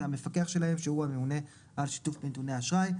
זה המפקח שלהם שהוא גם הממונה על שיתוף נתוני האשראי.